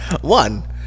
one